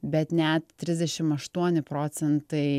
bet net trisdešimt aštuoni procentai